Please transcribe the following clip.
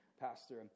pastor